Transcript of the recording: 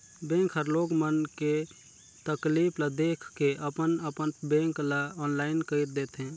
bank हर लोग मन के तकलीफ ल देख के अपन अपन बेंक ल आनलाईन कइर देथे